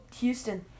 Houston